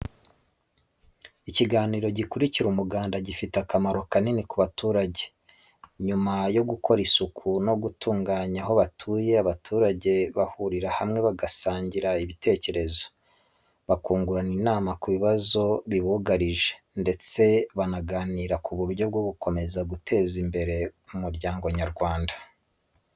Ikiganiro gikurikira umuganda gifite akamaro kanini ku baturage. Nyuma yo gukora isuku no gutunganya aho batuye, abaturage bahurira hamwe bagasangira ibitekerezo, bakungurana inama ku bibazo bibugarije, ndetse banaganira ku buryo bwo gukomeza guteza imbere umuryango nyarwanda.